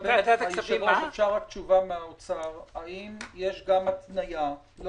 אפשר תשובה מהאוצר האם יש גם התניה על